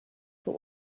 für